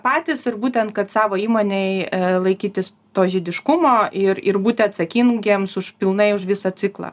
patys ir būtent kad savo įmonėj laikytis to žiediškumo ir ir būti atsakingiems už pilnai už visą ciklą